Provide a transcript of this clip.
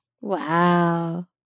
Wow